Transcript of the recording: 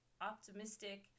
optimistic